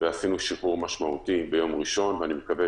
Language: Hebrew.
ועשינו שחרור משמעותי ביום ראשון ואני מקווה